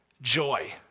joy